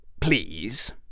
please